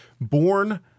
born